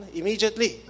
immediately